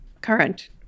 current